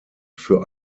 für